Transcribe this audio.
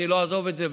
אני לא אעזוב את זה,